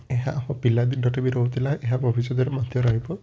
ଏହା ଆମ ପିଲାଦିନରେ ବି ରହୁଥିଲା ଏହା ଭବିଷ୍ୟତରେ ମଧ୍ୟ ରହିବ